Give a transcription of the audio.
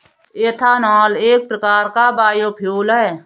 ethanol एक प्रकार का बायोफ्यूल है